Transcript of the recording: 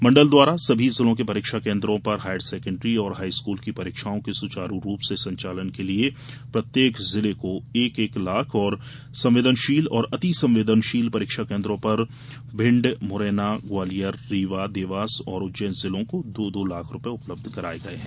मण्डल द्वारा सभी जिलों के परीक्षा केन्द्रों पर हायर सेकेण्डरी एवं हाईस्कूल की परीक्षाओं के सुचारू रूप से संचालन के लिए प्रत्येक जिले को एक एक लाख एवं संवेदनशील और अति संवेदनशील परीक्षा केन्द्रों पर कमशः भिण्ड मुरैना ग्वालियर रीवा देवास एवं इंदौर जिलों को दो दो लाख रूपये उपलब्ध कराये गये हैं